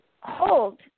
hold